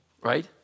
right